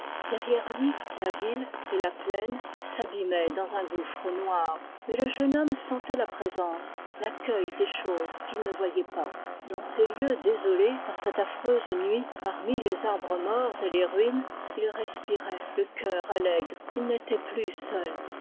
derrière lui la ville et la plaine s'abîmaient dans un gouffre noir mais le jeune homme sentait la présence l'accueil des choses qu'il ne voyait pas dans ces lieux désolés par cette affreuse nuit parmi les arbres morts et les ruines il respirait le cœur allègre il n'était plus seul